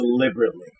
deliberately